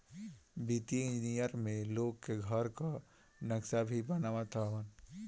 वित्तीय इंजनियर में लोगन के घर कअ नक्सा भी बनावत हवन